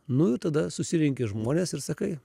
nu tada susirenki žmones ir sakai